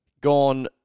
gone